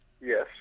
Yes